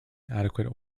adequate